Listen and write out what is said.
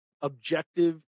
objective